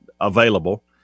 available